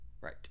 Right